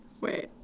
Wait